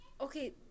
okay